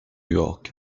york